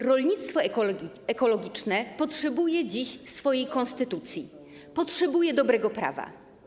Rolnictwo ekologiczne potrzebuje dziś swojej konstytucji, potrzebuje dobrego prawa.